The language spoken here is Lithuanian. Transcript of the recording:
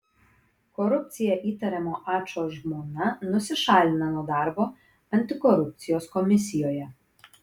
korupcija įtariamo ačo žmona nusišalina nuo darbo antikorupcijos komisijoje